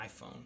iPhone